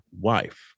wife